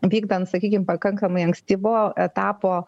vykdant sakykim pakankamai ankstyvo etapo